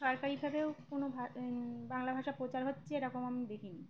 সরকারিভাবেও কোনো ভা বাংলা ভাষা প্রচার হচ্ছে এরকম আমি দেখিনি